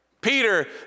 Peter